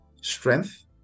strength